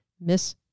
Miss